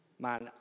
man